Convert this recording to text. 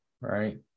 Right